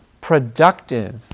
productive